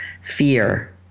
fear